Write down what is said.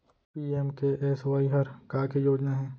PMKSY हर का के योजना हे?